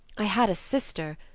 i had a sister,